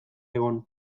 egon